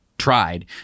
Tried